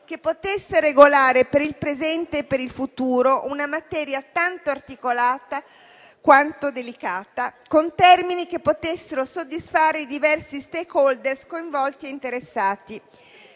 che potesse regolare, per il presente e per il futuro, una materia tanto articolata quanto delicata con termini che potessero soddisfare i diversi *stakeholder* coinvolti ed interessati.